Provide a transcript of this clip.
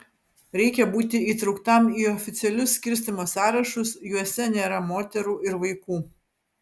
reikia būti įtrauktam į oficialius skirstymo sąrašus juose nėra moterų ir vaikų